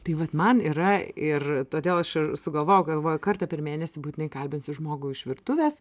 tai vat man yra ir todėl aš ir sugalvojau galvojau kartą per mėnesį būtinai kalbinsiu žmogų iš virtuvės